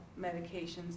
medications